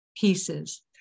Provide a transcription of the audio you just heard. pieces